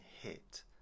hit